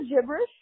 gibberish